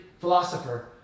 philosopher